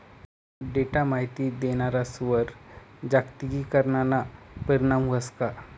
Data माहिती देणारस्वर जागतिकीकरणना परीणाम व्हस का?